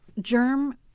Germ